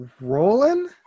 rolling